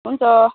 हुन्छ